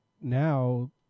now